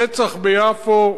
רצח ביפו,